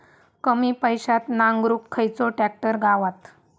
कमी पैशात नांगरुक खयचो ट्रॅक्टर गावात?